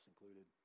included